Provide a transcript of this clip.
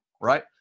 right